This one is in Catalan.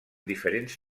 diferents